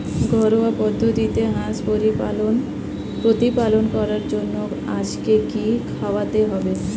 ঘরোয়া পদ্ধতিতে হাঁস প্রতিপালন করার জন্য আজকে কি খাওয়াতে হবে?